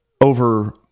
over